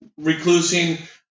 reclusing